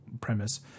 premise